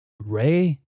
ray